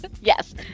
yes